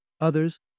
others